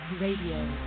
Radio